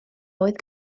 oedd